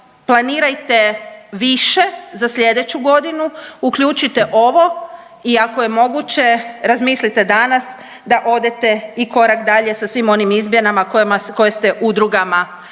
planirajte više za slijedeću godinu, uključite ovo i ako je moguće razmislite danas da odete i korak dalje sa svim onim izmjenama koje ste udrugama